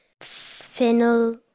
fennel